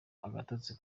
agatotsi